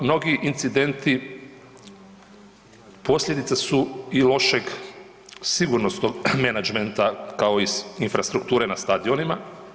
Mnogi incidenti posljedica su i lošeg sigurnosnog menadžmenta, kao i infrastrukture na stadionima.